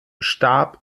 starb